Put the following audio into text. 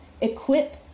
equip